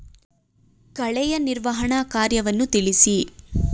ಕಳೆಯ ನಿರ್ವಹಣಾ ಕಾರ್ಯವನ್ನು ತಿಳಿಸಿ?